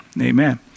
amen